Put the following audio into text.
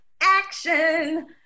action